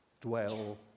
dwell